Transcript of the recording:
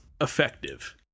effective